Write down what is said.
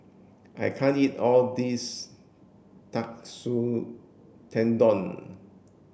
I can't eat all this Katsu Tendon